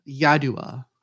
Yadua